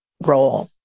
role